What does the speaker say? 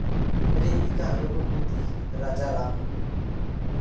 ᱨᱤᱛᱤᱠᱟ Raghupati Raja Ram